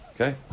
Okay